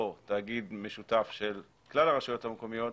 או תאגיד משותף של כלל הרשויות המקומיות,